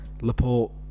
Laporte